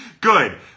Good